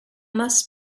must